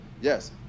yes